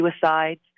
suicides